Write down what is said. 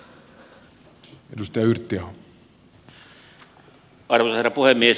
arvoisa herra puhemies